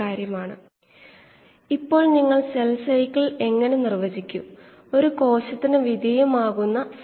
കോശങ്ങൾ യഥാർത്ഥത്തിൽ ഈ ചിത്രത്തിൽ വലുതായി കാണപ്പെടുന്നു നമുക്ക് കോശത്തിനെ സാധാരണ ഒറ്റ കോശമായി കാണാൻ കഴിയില്ല